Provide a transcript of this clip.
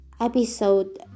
episode